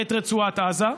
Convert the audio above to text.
את רצועת עזה,